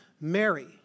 Mary